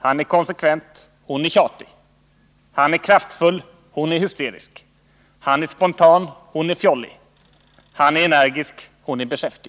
Han är konsekvent, hon är tjatig. Han är kraftfull, hon är hysterisk. Han är spontan, hon är fjollig. Han är energisk, hon är beskäftig.